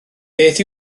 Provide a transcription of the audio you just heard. beth